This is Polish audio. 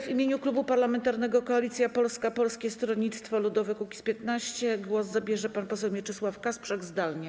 W imieniu Klubu Parlamentarnego Koalicja Polska - Polskie Stronnictwo Ludowe - Kukiz15 głos zabierze pan poseł Mieczysław Kasprzak, zdalnie.